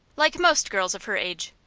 like most girls of her age.